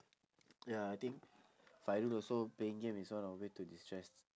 ya I think fairul also playing game is one of the way to destress